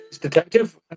Detective